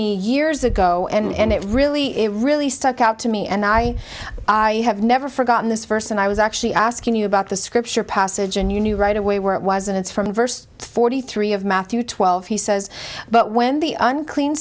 me years ago and it really really stuck out to me and i have never forgotten this verse and i was actually asking you about the scripture passage and you knew right away where it was and it's from verse forty three of matthew twelve he says but when the unclean